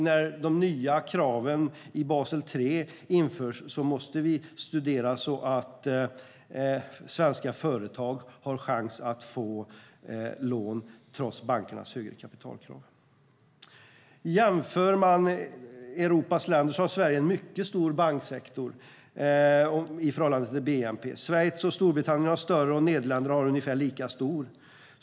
När de nya kraven i Basel III införs måste vi se till att svenska företag har chans att få lån trots bankernas högre kapitalkrav. Jämför man Europas länder har Sverige en mycket stor banksektor i förhållande till bnp. Schweiz och Storbritannien har större och Nederländerna ungefär lika stor.